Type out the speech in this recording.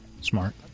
Smart